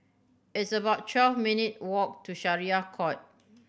it's about twelve minute walk to Syariah Court